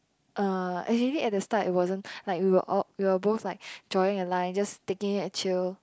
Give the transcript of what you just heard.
uh especially at the start it wasn't like we were all we were both like drawing a line just taking it chill